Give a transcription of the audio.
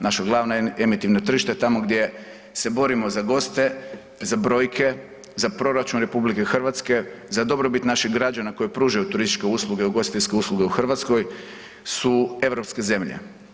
Naša glavna emitivna tržišta, tamo gdje se borimo za goste, za brojke, za proračun RH, za dobrobit naših građana koji pružaju turističke usluge i ugostiteljske usluge u Hrvatskoj su europske zemlje.